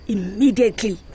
Immediately